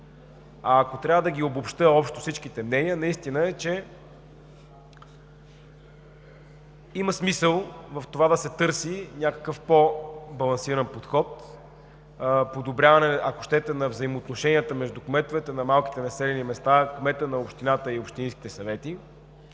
А, ако трябва да обобщя всички мнения, истината е, че има смисъл в това да се търси някакъв по-балансиран подход за подобряване на взаимоотношенията между кметовете на малките населени места, кмета на общината и общинските съвети.